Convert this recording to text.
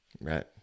right